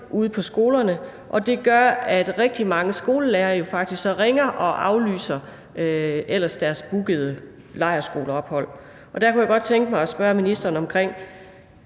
ude på skolerne. Og det gør, at rigtig mange skolelærere jo faktisk så ringer og aflyser deres ellers bookede lejrskoleophold. Derfor kunne jeg godt tænke mig at spørge ministeren, om